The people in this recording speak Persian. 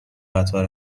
قطار